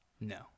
no